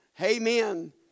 Amen